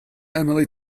emily